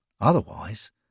Otherwise